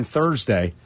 Thursday